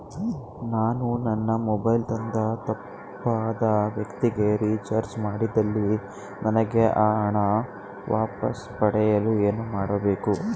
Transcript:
ನಾನು ನನ್ನ ಮೊಬೈಲ್ ಇಂದ ತಪ್ಪಾದ ವ್ಯಕ್ತಿಗೆ ರಿಚಾರ್ಜ್ ಮಾಡಿದಲ್ಲಿ ನನಗೆ ಆ ಹಣ ವಾಪಸ್ ಪಡೆಯಲು ಏನು ಮಾಡಬೇಕು?